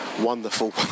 wonderful